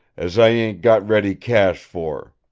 as i ain't got ready cash for.